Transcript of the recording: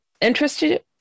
interested